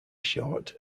short